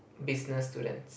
business students